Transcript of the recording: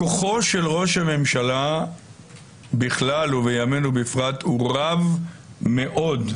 כוחו של ראש הממשלה בכלל ובימינו בפרט הוא רב מאוד.